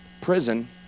prison